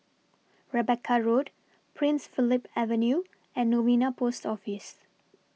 Rebecca Road Prince Philip Avenue and Novena Post Office